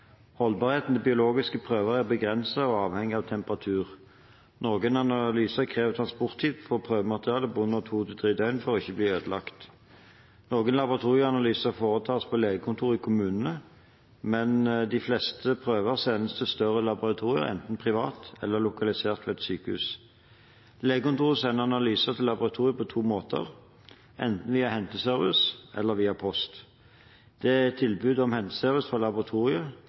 Holdbarheten til biologiske prøver er begrenset og avhengig av temperatur. Noen analyser krever transporttid på prøvematerialet på under to–tre døgn for ikke å bli ødelagt. Noen laboratorieanalyser foretas på legekontor i kommunene, men de fleste prøvene sendes til større laboratorier, enten privat eller lokalisert ved et sykehus. Legekontor sender analyser til laboratoriet på to måter, enten via henteservice eller via post. Er det tilbud om henteservice fra